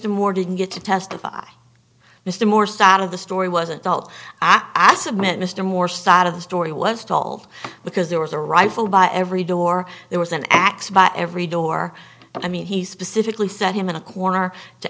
mr moore didn't get to testify mr moore start of the story wasn't all i submit mr moore side of the story was told because there was a rifle by every door there was an ax by every door i mean he specifically set him in a corner to